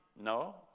No